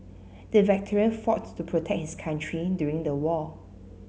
the veteran fought to protect his country during the war